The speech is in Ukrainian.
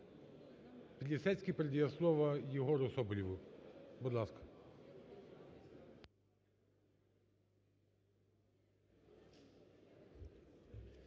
Підлісецький, передає слово Єгору Соболєву. Будь ласка.